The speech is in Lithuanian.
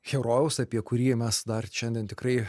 herojaus apie kurį mes dar šiandien tikrai